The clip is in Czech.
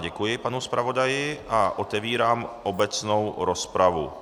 Děkuji panu zpravodaji a otevírám obecnou rozpravu.